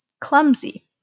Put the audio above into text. clumsy